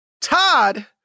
Todd